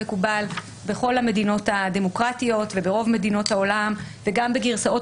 מקובל בכל המדינות הדמוקרטיות וברוב מדינות העולם וגם בגרסאות